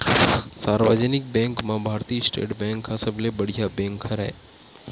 सार्वजनिक बेंक म भारतीय स्टेट बेंक ह सबले बड़का बेंक हरय